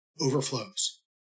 overflows